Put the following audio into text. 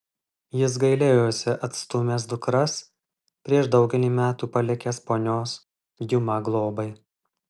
jis gailėjosi atstūmęs dukras prieš daugelį metų palikęs ponios diuma globai